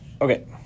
Okay